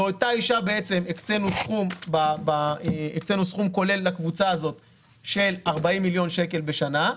לקבוצה הזאת הקצינו סכום כולל של 40 מיליון שקלים לשנה.